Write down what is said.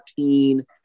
2014